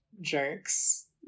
jerks